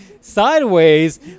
sideways